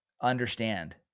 understand